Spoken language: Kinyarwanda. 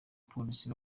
polisi